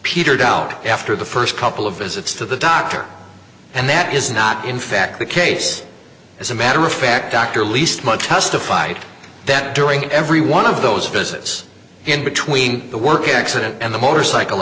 petered out after the first couple of visits to the doctor and that is not in fact the case as a matter of fact dr least much testified that during every one of those visits in between the work accident and the motorcycle